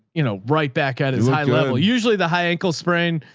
you know, right back at his high level, usually the high ankle sprain,